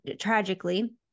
tragically